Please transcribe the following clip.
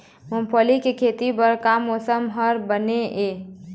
मूंगफली के खेती बर का मौसम हर बने ये?